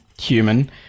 human